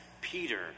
Peter